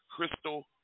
Crystal